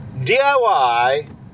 DIY